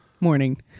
morning